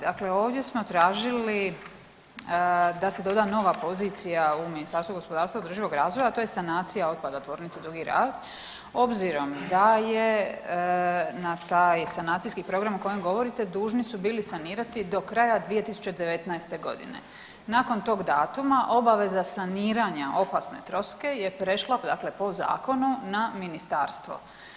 Dakle, ovdje smo tražili da se doda nova pozicija u Ministarstvu gospodarstva i održivog razvoja, a to je sanacija otpada tvornice Dugi Rat, obzirom da je na taj sanacijski program o kojem govoriti dužni su bili sanirati do kraja 2019.g. Nakon tog datuma obaveza saniranja opasne troske je prešla dakle po zakonu na ministarstvo.